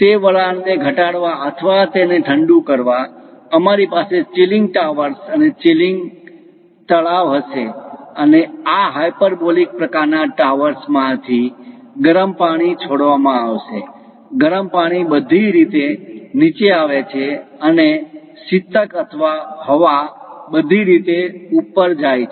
તે વરાળને ઘટાડવા અથવા તેને ઠંડુ કરવા અમારી પાસે ચિલિંગ ટાવર્સ અને ચિલિંગ તળાવ હશે અને આ હાયપરબોલિક પ્રકારના ટાવર્સ માંથી ગરમ પાણી છોડવામાં આવશે ગરમ પાણી બધી રીતે નીચે આવે છે અને શીતક અથવા હવા બધી રીતે ઉપર જાય છે